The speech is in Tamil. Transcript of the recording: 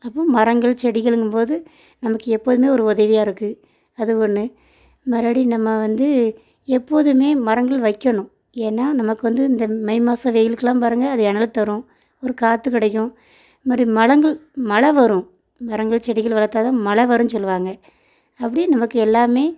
அப்புறம் மரங்கள் செடிகளுங்கும்போது நமக்கு எப்போதும் ஒரு உதவியாக இருக்குது அது ஒன்று மறுபடியும் நம்ம வந்து எப்போதும் மரங்கள் வைக்கணும் ஏன்னா நமக்கு வந்து இந்த மே மாசம் வெயிலுக்கெல்லாம் பாருங்கள் அது நெழல தரும் ஒரு காற்று கிடைக்கும் அது மாதிரி மரங்கள் மழை வரும் மரங்கள் செடிகள் வளர்த்தா தான் மழை வரும்னு சொல்வாங்க அப்படி நமக்கு எல்லாம்